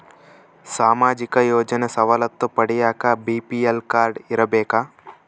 ಸಾಮಾಜಿಕ ಯೋಜನೆ ಸವಲತ್ತು ಪಡಿಯಾಕ ಬಿ.ಪಿ.ಎಲ್ ಕಾಡ್೯ ಇರಬೇಕಾ?